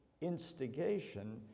instigation